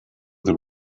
the